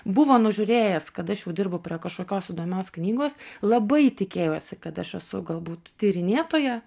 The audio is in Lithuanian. buvo nužiūrėjęs kad aš jau dirbu prie kažkokios įdomios knygos labai tikėjosi kad aš esu galbūt tyrinėtoja